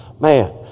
Man